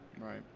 Right